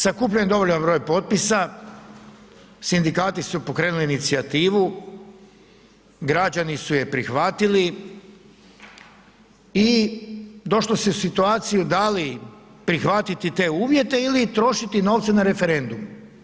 Sakupljen je dovoljan broj potpisa, sindikati su pokrenuli inicijativu, građani su je prihvatili i došlo se u situaciju da li prihvatiti te uvjete ili trošiti novce na referendum.